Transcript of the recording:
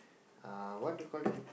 uh what do you call that